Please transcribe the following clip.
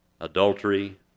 Adultery